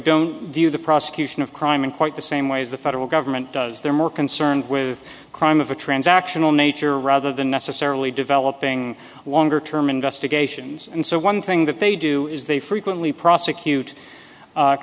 don't do the prosecution of crime in quite the same way as the federal government does they're more concerned with crime of a transactional nature rather than necessarily developing longer term investigations and so one thing that they do is they frequently prosecute